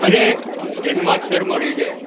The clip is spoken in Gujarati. અને જન્માક્ષર મળી જાય